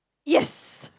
yes